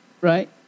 Right